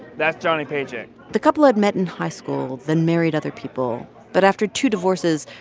that's johnny paycheck the couple had met in high school, then married other people. but after two divorces,